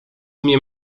mnie